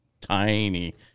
tiny